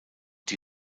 die